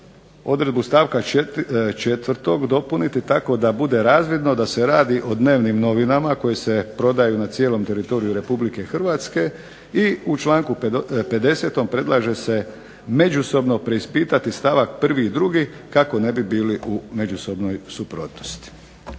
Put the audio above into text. odredbu stavka 4. dopuniti tako da bude razvidno da se radi o dnevnim novinama koje se prodaju na cijelom teritoriju Republike Hrvatske. I u članku 50. predlaže se međusobno preispitati stavak 1. i 2. kako ne bi bili u međusobnoj suprotnosti.